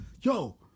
yo